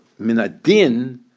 minadin